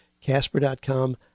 Casper.com